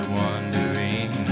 wondering